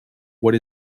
what